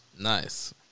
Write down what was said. Nice